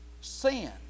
sin